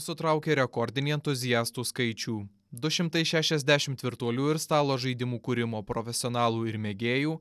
sutraukė rekordinį entuziastų skaičių du šimtai šešiasdešimt virtualių ir stalo žaidimų kūrimo profesionalų ir mėgėjų